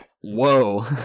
Whoa